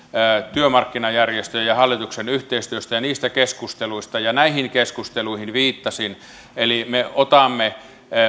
työmarkkinajärjestöjen ja hallituksen yhteistyöstä ja niistä keskusteluista ja näihin keskusteluihin viittasin eli me otamme